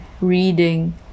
reading